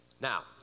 now